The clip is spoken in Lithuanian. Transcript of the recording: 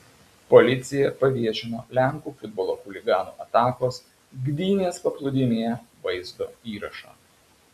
policija paviešino lenkų futbolo chuliganų atakos gdynės paplūdimyje vaizdo įrašą